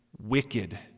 wicked